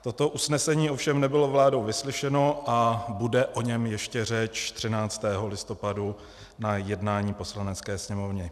Toto usnesení ovšem nebylo vládou vyslyšeno a bude o něm ještě řeč 13. listopadu na jednání Poslanecké sněmovny.